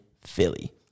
Philly